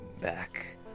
back